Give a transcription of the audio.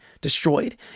destroyed